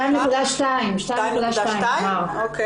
2.2 מיליון.